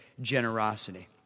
generosity